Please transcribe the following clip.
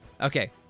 Okay